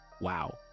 wow